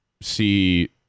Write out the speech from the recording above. see